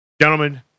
gentlemen